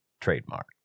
Trademark